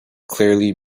clearly